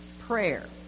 prayer